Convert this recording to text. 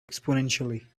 exponentially